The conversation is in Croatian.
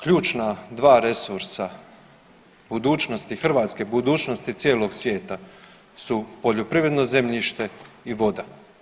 Ključna dva resursa budućnosti Hrvatske, budućnosti cijelog svijeta su poljoprivredno zemljište i voda.